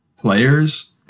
players